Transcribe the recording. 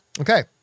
okay